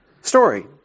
story